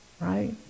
Right